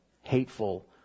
hateful